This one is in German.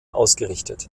ausgerichtet